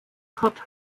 kurt